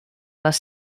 les